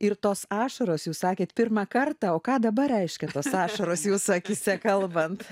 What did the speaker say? ir tos ašaros jūs sakėte pirmą kartą o ką dabar reiškia tos ašaros jos akyse kalbant